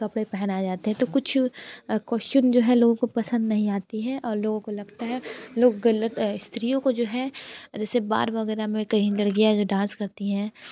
कपड़े पहनाए जाते हैं तो कुछ कोसच्युम जो है लोगों को पसंद नहीं आती हैं और लोगों को लगता है लोग गलत स्त्रीयों को जो है जैसे बार वगैरह में कहीं लड़कियाँ जो डाँस करती हैं